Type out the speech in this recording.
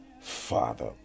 Father